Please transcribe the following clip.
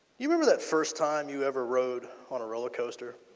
you remember the first time you ever rode on a roller coaster.